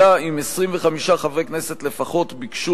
אלא אם כן 25 חברי כנסת לפחות ביקשו